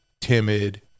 timid